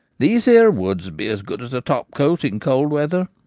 these here woods be as good as a topcoat in cold weather.